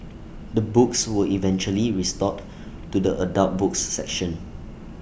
the books were eventually restored to the adult books section